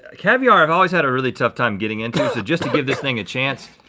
ah caviar i've always had a really tough time getting into so just to give this thing a chance